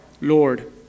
Lord